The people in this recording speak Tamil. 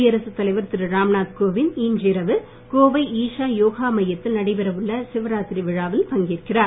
குடியரசு தலைவர் திரு ராம்நாத் கோவிந்த் இன்று இரவு கோவை ஈஷா யோக மையத்தில் நடைபெற உள்ள சிவராத்திரி விழாவில் பங்கேற்கிறார்